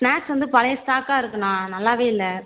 snacks வந்து பழைய ஸ்டாக்காக இருக்குண்ணா நல்லாவே இல்லை